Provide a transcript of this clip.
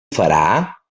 farà